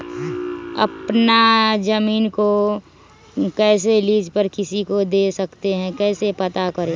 अपना जमीन को कैसे लीज पर किसी को दे सकते है कैसे पता करें?